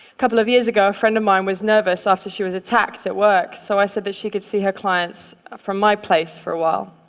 couple of years ago, a friend of mine was nervous after she was attacked at work, so i said that she could see her clients from my place for a while.